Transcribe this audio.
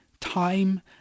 time